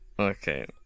Okay